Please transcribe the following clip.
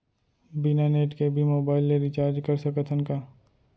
बिना नेट के भी मोबाइल ले रिचार्ज कर सकत हन का?